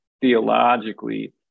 theologically